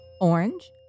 orange